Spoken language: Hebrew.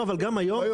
לא אבל גם היום,